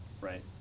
Right